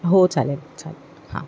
हो चालेल चालेल हां